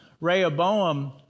rehoboam